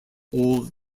all